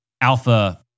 alpha